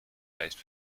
leicht